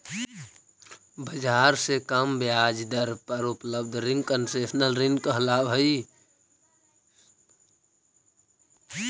बाजार से कम ब्याज दर पर उपलब्ध रिंग कंसेशनल ऋण कहलावऽ हइ